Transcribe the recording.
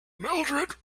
mildrid